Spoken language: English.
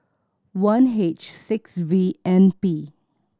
one H six V N P